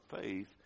faith